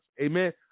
amen